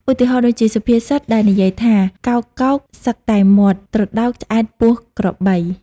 ឧទាហរណ៍ដូចជាសុភាពសិតដែលនិយាយថា កោកៗសឹកតែមាត់ត្រដោកឆ្អែតពោះក្របី។